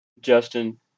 Justin